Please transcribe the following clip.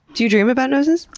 do you dream about noses?